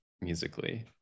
musically